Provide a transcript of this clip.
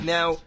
Now